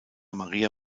maria